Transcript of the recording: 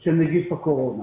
של נגיף הקורונה.